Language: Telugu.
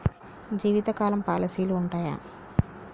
జీవితకాలం పాలసీలు ఉంటయా?